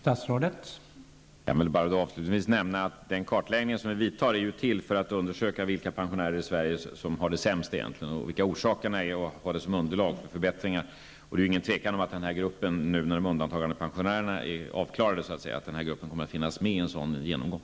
Herr talman! Den kartläggning som vi vidtar syftar till att undersöka vilka pensionärer i Sverige som har det sämst och vilka orsakerna härtill är. Vi skall ha det såsom underlag för förbättringar. När undantagandepensionärerna är avklarade, är det givet att den nu nämnda gruppen kommer att finnas med i denna genomgång.